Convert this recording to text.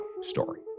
story